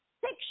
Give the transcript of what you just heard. six